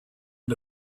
and